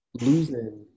losing